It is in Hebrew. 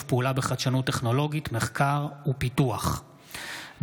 התשפ"ג 2023,